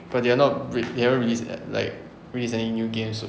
but they are not re~ they haven't release err like release any new games soon